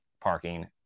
parking